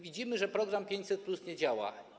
Widzimy, że program 500+ nie działa.